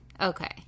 okay